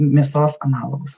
mėsos analogus